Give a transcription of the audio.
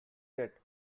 that